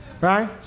right